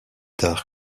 tard